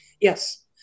Yes